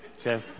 Okay